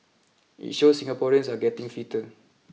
it shows Singaporeans are getting fitter